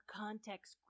context